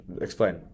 Explain